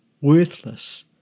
worthless